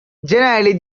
generally